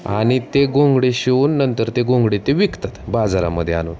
आणि ते घोंगडे शिवून नंतर ते घोंगडे ते विकतात बाजारामध्ये आणून